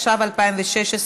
התשע"ו 2016,